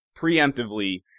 preemptively